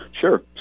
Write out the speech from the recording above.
Sure